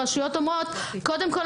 הרשות אומרת: קודם כול,